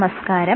നമസ്കാരം